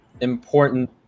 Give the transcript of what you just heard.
important